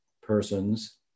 persons